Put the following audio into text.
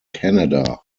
canada